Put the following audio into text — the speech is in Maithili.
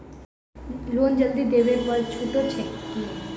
लोन जल्दी देबै पर छुटो छैक की?